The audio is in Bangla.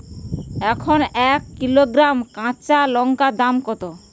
এখন এক কিলোগ্রাম কাঁচা লঙ্কার দাম কত?